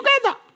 together